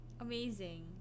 Amazing